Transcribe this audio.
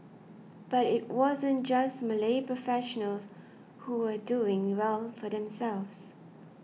but it wasn't just Malay professionals who were doing well for themselves